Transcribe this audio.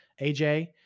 AJ